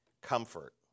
comfort